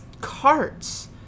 carts